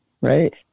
right